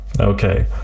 okay